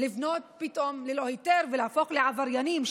לבנות פתאום ללא היתר ולהפוך לעבריינים,